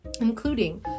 including